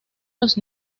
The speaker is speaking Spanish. los